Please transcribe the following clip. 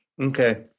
Okay